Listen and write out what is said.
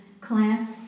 class